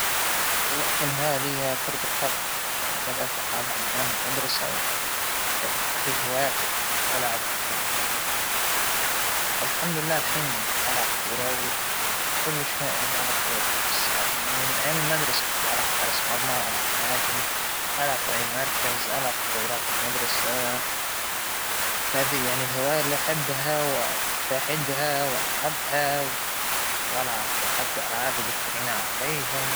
أقدم هواية لإلى هى القراءة، بدأت ممارستها من وأنا صغيرة، من أول أتعلمت القراية إنى، الله يرحمه أبى جابلى القصص وجابلى كتب، وإنه خلانى أنطلق بهذا العالم، لين صارت من عاداتى وهواياتى، القراءة أول شى أنا أهتميت فيه من طفولتى.